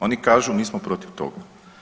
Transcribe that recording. Oni kažu mi smo protiv toga.